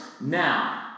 now